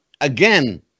again